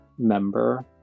member